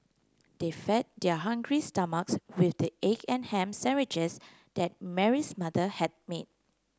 they fed their hungry stomachs with the egg and ham sandwiches that Mary's mother had made